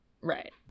Right